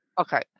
okay